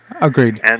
Agreed